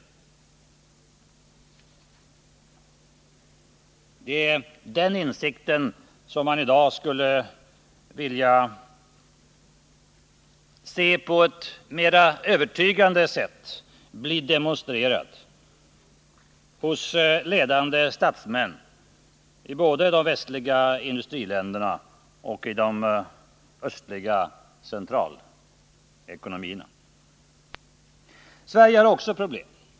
Det är den insikten som man i dag skulle vilja se på ett mera övertygande sätt bli demonstrerad hos ledande statsmän i både de västliga industriländerna och de östliga centralekonomierna. Sverige har också problem.